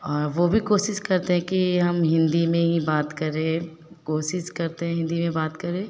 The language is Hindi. और वे भी कोशिश करते हैं कि हम हिन्दी में ही बात करें कोशिश करते हैं हिन्दी में बात करें